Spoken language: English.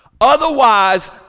Otherwise